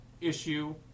issue